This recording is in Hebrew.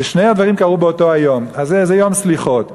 ושני הדברים קרו באותו היום, אז זה יום סליחות.